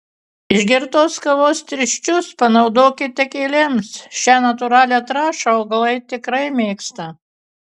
išgertos kavos tirščius panaudokite gėlėms šią natūralią trąšą augalai tikrai mėgsta